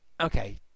Okay